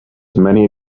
many